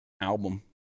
album